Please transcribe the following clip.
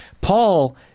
Paul